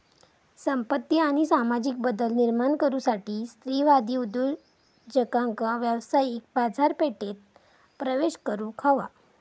संपत्ती आणि सामाजिक बदल निर्माण करुसाठी स्त्रीवादी उद्योजकांका व्यावसायिक बाजारपेठेत प्रवेश करुक हवा